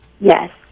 Yes